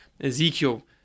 Ezekiel